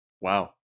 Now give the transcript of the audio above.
Wow